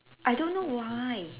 I don't know why